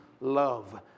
love